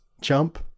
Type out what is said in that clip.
jump